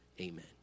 amen